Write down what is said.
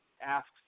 asks